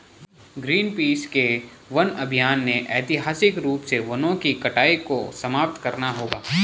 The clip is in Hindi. ग्रीनपीस के वन अभियान ने ऐतिहासिक रूप से वनों की कटाई को समाप्त करना होगा